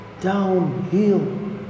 downhill